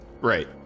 Right